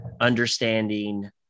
understanding